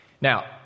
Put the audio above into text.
Now